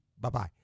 Bye-bye